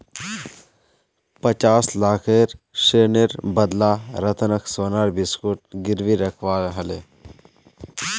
पचास लाखेर ऋनेर बदला रतनक सोनार बिस्कुट गिरवी रखवा ह ले